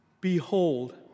behold